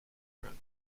around